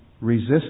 resist